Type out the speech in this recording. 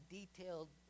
detailed